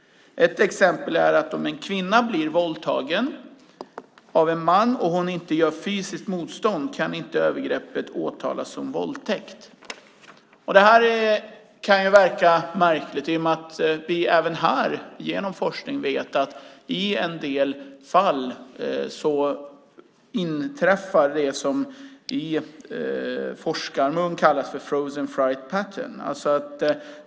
Ett exempel är att om en kvinna blir våldtagen av en man och inte gör fysiskt motstånd kan övergreppet inte rubriceras som våldtäkt. Det kan verka märkligt eftersom vi genom forskning vet att det i en del fall inträffar frozen fright pattern.